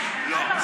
לא.